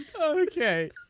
Okay